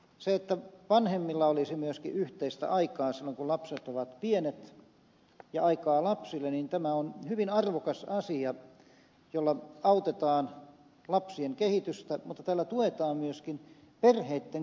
se että vanhemmilla olisi myöskin yhteistä aikaa silloin kun lapset ovat pieniä ja aikaa lapsille on hyvin arvokas asia jolla autetaan lapsien kehitystä mutta tällä tuetaan myöskin perheitten koossa pysymistä